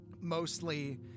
Mostly